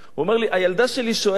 הוא אומר לי: הילדה שלי שואלת,